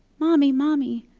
mommy, mommy.